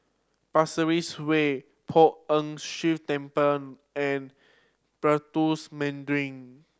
Pasir Ris Way Poh Ern Shih Temple and Mandarin